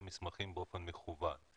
הם מעבירים אליכם מסמכים באופן מקוון.